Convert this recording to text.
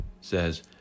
says